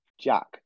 Jack